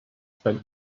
spent